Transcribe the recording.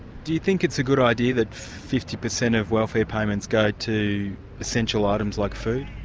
do you think it's a good idea that fifty percent of welfare payments go to essential items, like food?